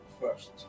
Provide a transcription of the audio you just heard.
first